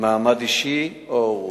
מעמד אישי או הורות.